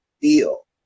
feel